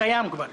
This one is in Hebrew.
הוא קיים כבר.